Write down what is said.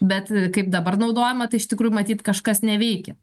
bet kaip dabar naudojama tai iš tikrųjų matyt kažkas neveikia